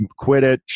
Quidditch